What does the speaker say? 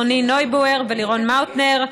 רוני נויבואר ולירון מאוטנר,